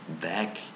back